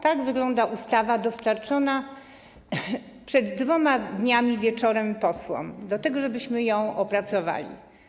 Tak wygląda ustawa dostarczona przed 2 dniami wieczorem posłom po to, żebyśmy ją opracowali.